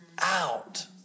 out